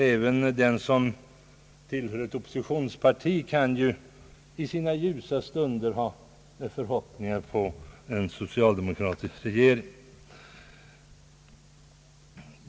även den som tillhör ett oppositionsparti kan ju i sina ljusa stunder ställa förhoppningar på en socialdemokratisk regering.